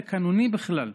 אני לא חושב שזה תקנוני בכלל.